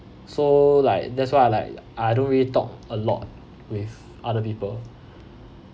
so like that's what I like I don't really talk a lot with other people